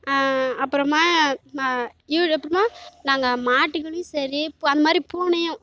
அப்புறமா நான் இவர் எப்படின்னா நாங்கள் மாட்டுக்குமே சரி அந்த மாதிரி பூனையும்